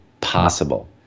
possible